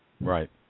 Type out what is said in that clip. Right